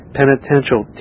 penitential